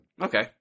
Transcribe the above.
Okay